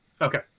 Okay